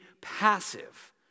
passive